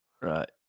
Right